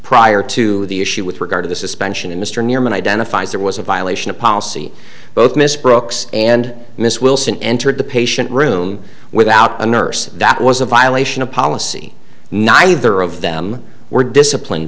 prior to the issue with regard to the suspension of mr near mint identifies there was a violation of policy both miss brooks and miss wilson entered the patient room without a nurse that was a violation of policy neither of them were disciplined